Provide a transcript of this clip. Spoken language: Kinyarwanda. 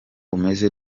umeze